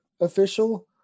official